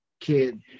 kid